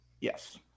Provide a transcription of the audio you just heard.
Yes